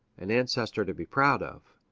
an ancestor to be proud of.